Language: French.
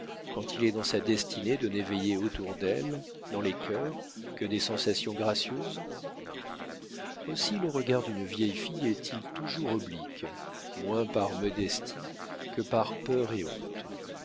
quand il est dans sa destinée de n'éveiller autour d'elle dans les cœurs que des sensations gracieuses aussi le regard d'une vieille fille est-il toujours oblique moins par modestie que par peur et honte